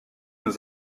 nous